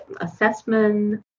assessment